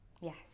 yes